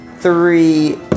Three